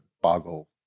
boggle